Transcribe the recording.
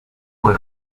will